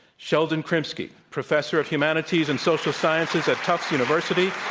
sheldon krimsky, professor of humanities and social sciences at tufts university.